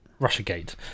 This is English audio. Russiagate